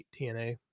TNA